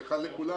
כלומר